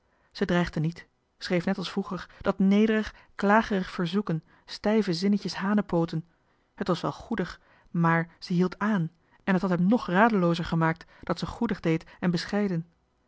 ze dreigde niet schreef net als vroeger dat nederig klagerig verzoeken stijve zinnetjes hanepooten het was wel goedig mààr ze hield aan en het had hem nog radeloozer gemaakt dat ze goedig deed en bescheiden